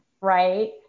Right